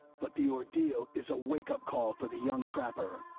but the ordeal is a wake-up call for the young trapper.